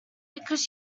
because